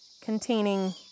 containing